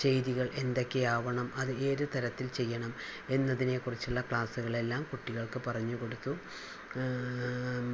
ചെയ്തികൾ എന്തെക്കെയാവണം അത് ഏത് തരത്തിൽ ചെയ്യണം എന്നതിനെക്കുറിച്ചുള്ള ക്ലാസ്സുകളെല്ലാം കുട്ടികൾക്ക് പറഞ്ഞ് കൊടുത്തു